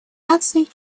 наций